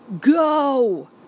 Go